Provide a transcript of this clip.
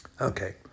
Okay